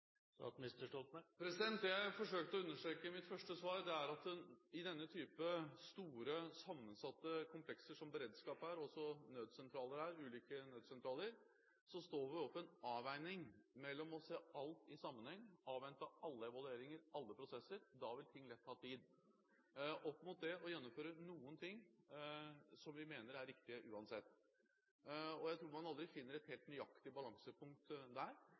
jeg forsøkte å understreke i mitt første svar, er at i denne typen store sammensatte komplekser som beredskap og ulike nødsentraler er, står vi overfor en avveining mellom det å se alt i sammenheng, avvente alle evalueringer, alle prosesser – da vil ting lett ta tid – og det å gjennomføre noe som vi mener er riktig uansett. Jeg tror man aldri finner et helt nøyaktig balansepunkt der,